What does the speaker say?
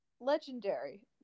Legendary